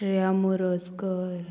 Shreya Morojkar